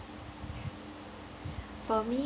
for me